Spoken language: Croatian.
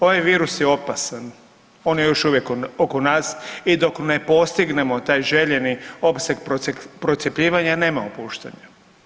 Ovaj virus je opasan, on je još uvijek oko nas i dok ne postignemo taj željeni opseg procjepljivanja nema opuštanja.